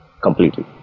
completely